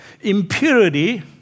impurity